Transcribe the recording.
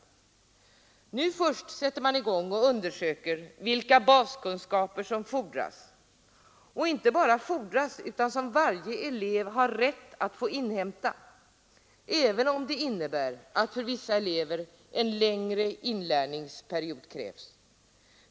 Och nu först sätter man i gång och undersöker vilka baskunskaper som fordras — inte bara fordras utan som varje elev har rätt att få inhämta — även om det innebär att för vissa elever en längre inlärningsperiod krävs.